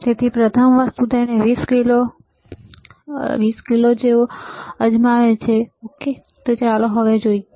તેથી પ્રથમ વસ્તુ તેણે 20 કિલો ઓકે અજમાવી ચાલો હવે જોઈએ